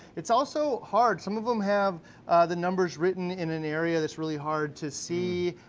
it's also hard. some of em have the numbers written in an area that's really hard to see,